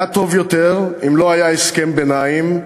היה טוב יותר אם לא היה הסכם ביניים,